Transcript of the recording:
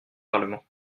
parlement